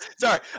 Sorry